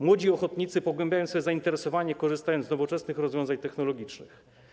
Młodzi ochotnicy pogłębiają swe zainteresowania, korzystając z nowoczesnych rozwiązań technologicznych.